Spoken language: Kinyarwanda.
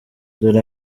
dore